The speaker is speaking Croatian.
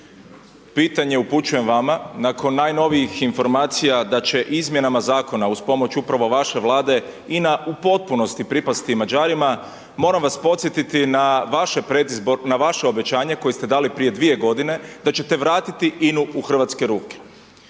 Pitanje upućujem vama nakon najnovijih informacija da će izmjenama zakona uz pomoć upravo vaše Vlade, INA u potpunosti pripasti Mađarima, moram vas podsjetiti na vaše obećanje koje ste dali prije 2 g. da ćete vratiti INA-u u hrvatske ruke.